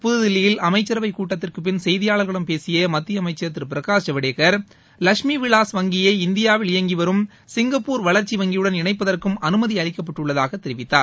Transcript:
புத்தில்லியில் அமைச்சரவைக் கூட்டத்திற்குப் பின் செய்தியாளர்களிடம் பேசிய மத்திய அமைச்சர் திரு பிரகாஷ் ஜவடேக்கர் லஷ்மி விவாஸ் வங்கியை இந்தியாவில் இயங்கி வரும் சிங்கப்பூர் வளர்ச்சி வங்கியுடன் இணைப்பதற்கும் அனுமதி அளிக்கப்பட்டுள்ளதாக தெரிவித்தார்